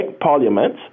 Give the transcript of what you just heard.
parliament